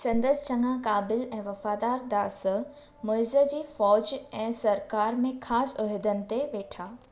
संदसि चङा क़ाबिल ऐं वफ़ादार दास मुहिज़ जी फ़ौज ऐं सरकारि में ख़ासि उहिदनि ते वेठा